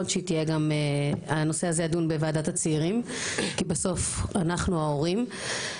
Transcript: שהיא תהיה גם הנושא הזה ידון בוועדת הצעירים כי בסוף אנחנו ההורים.